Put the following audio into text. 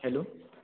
hello